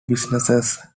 businesses